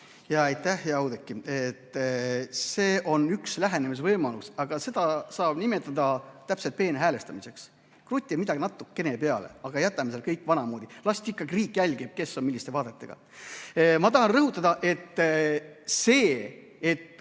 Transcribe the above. hea Oudekki! See on üks lähenemisvõimalus, aga seda saab nimetada peenhäälestamiseks. Kruti midagi natukene peale, aga jätame kõik vanamoodi, las ikkagi riik jälgib, kes on milliste vaadetega. Ma tahan rõhutada, et see,